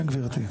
כן גברתי.